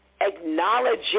acknowledge